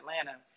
Atlanta